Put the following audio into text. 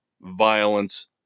violence